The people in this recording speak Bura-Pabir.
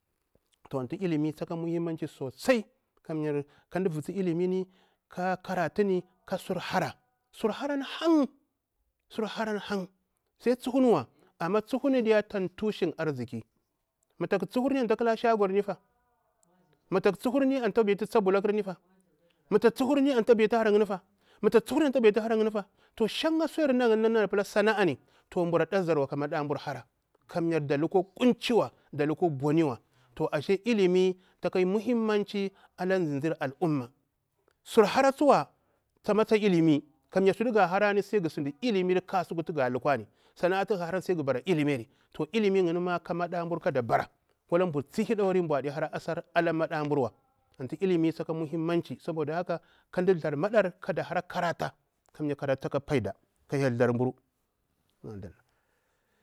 To antu ilimi taka muhammanci sosai kamya ka mda vusu ilimini ka karatu ni sur hara, sur harani hang sai tsuhunwa amma, tsuhun diya tsan tushin arziki ma ta tsuhun anta ƙala shagor ni fa, mah ta tsuhurni anta betu cha block fa mah ta tsuhurni anta beta hara na yinfa, shan sana'a ni mbura de zawa ka maɗa bur hara kamya da lukwa kunci wa ko boniwa to ashe ilimi taka muhimmanci ala zinze al- umma, surhara tsuwa tsama ta ilimi kamya sutuga harani sai sinda dimi ar harani tsuwa kamya sana'a tuga harani sai ga bara ilimirni tsuwa ilmi yinni ma ka maɗa mburu bara wala mbur tsi hiɗori mburu adi hara asarawa ala maɗa mburwa, antu ilimi tsaka muhimmanci saboda haka kamda tharmaɗar kada karata kanya karatu tsaka paida ka hyel thar mburu.